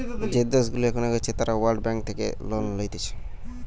যে দেশগুলা এখন এগোচ্ছে তারা ওয়ার্ল্ড ব্যাঙ্ক থেকে লোন লইতেছে